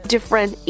Different